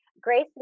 Grace